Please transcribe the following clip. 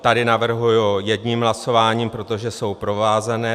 Tady navrhuji jedním hlasováním, protože jsou provázané.